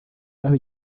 y’aho